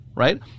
Right